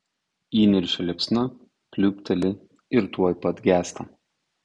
įniršio liepsna pliūpteli ir tuoj pat gęsta